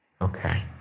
Okay